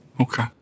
Okay